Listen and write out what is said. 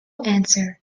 answer